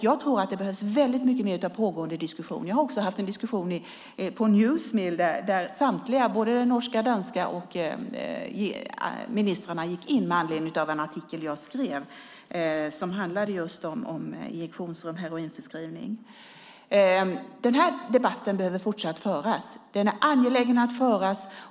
Jag tror att det behövs väldigt mycket mer av pågående diskussion. Jag har också haft en diskussion på Newsmill där både den norske och den danske ministern gick in med anledning av en artikel jag skrev om just injektionsrum och heroinförskrivning. Den här debatten behöver fortsatt föras. Den är angelägen att föra.